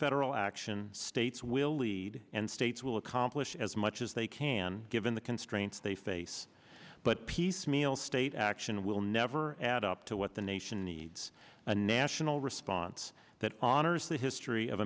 federal action states will lead and states will accomplish as much as they can given the constraints they face but piecemeal state action will never add up to what the nation needs a national response that honors the history of